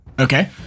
Okay